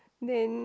then